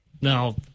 Now